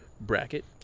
bracket